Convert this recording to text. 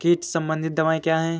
कीट संबंधित दवाएँ क्या हैं?